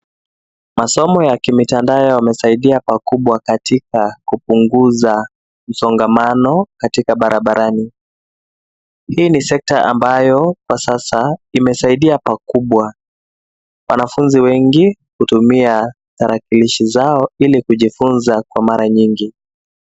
Masomo ya kimitandao yamesaidia pakubwa katika kupunguza msongamano katika barabarani. Hii ni sekta ambayo kwa sasa imesaidia pakubwa. Wanafunzi wengi hutumia tarakilishi zao, ili kujifunza kwa mara nyingi.